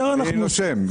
אני נושם.